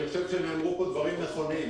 אני חושב שנאמרו כאן דברים נכונים,